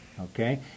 Okay